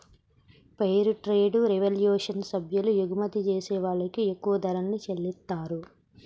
fair trade revolution సభ్యులు ఎగుమతి జేసే వాళ్ళకి ఎక్కువ ధరల్ని చెల్లిత్తారు